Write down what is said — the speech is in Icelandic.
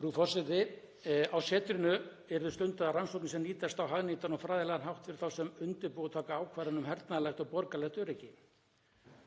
Frú forseti. Á setrinu yrðu stundaðar rannsóknir sem nýtast á hagnýtan og fræðilegan hátt fyrir þá sem undirbúa og taka ákvarðanir um hernaðarlegt og borgaralegt öryggi.